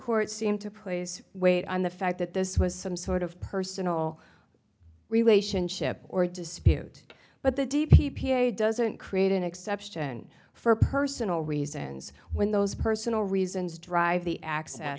seemed to place weight on the fact that this was some sort of personal relationship or dispute but the d p p a doesn't create an exception for personal reasons when those personal reasons drive the acce